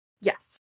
Yes